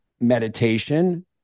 meditation